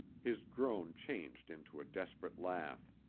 his groan changed into a desperate laugh.